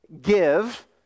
give